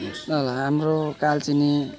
ल ल हाम्रो कालचिनी